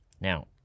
Now